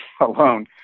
alone